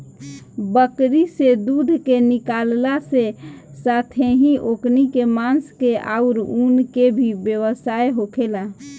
बकरी से दूध के निकालला के साथेही ओकनी के मांस के आउर ऊन के भी व्यवसाय होखेला